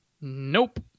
Nope